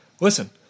Listen